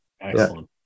Excellent